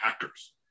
hackers